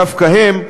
דווקא הם,